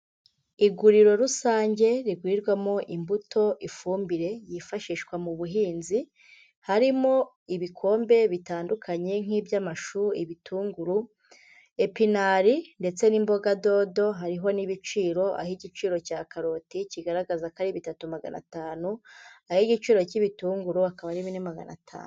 Iguriro rusange rigurirwamo imbuto, ifumbire yifashishwa mu buhinzi, harimo ibikombe bitandukanye nk'iby'amashu, ibitunguru, epinari ndetse n'imboga dodo, hariho n'ibiciro aho igiciro cya karoti kigaragaza ko ari bitatu magana atanu, aho igiciro cy'ibitunguru akaba ari bine magana atanu.